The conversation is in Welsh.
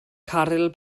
caryl